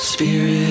Spirit